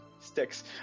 sticks